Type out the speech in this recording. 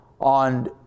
on